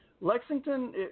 Lexington